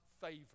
favor